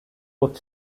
but